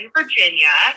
Virginia